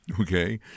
Okay